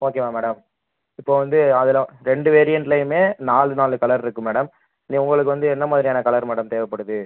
ஓகேவா மேடம் இப்போ வந்து அதில் ரெண்டு வேரியண்ட்லேயுமே நாலு நாலு கலர் இருக்குது மேடம் இது உங்களுக்கு வந்து எந்த மாதிரியான கலர் மேடம் தேவைப்படுது